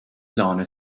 laune